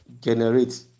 generate